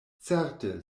certe